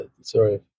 Sorry